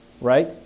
right